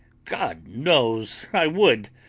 god knows i would.